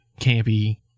campy